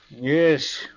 Yes